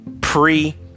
pre